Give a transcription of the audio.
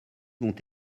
vont